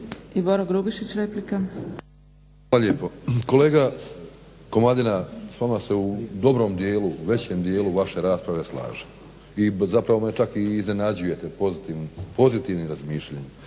**Grubišić, Boro (HDSSB)** Hvala lijepo. Kolega Komadina s vama se u dobrom dijelu, većem dijelu vaše rasprave slažem i zapravo me čak i iznenađujete pozitivnim razmišljanjem.